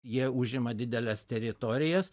jie užima dideles teritorijas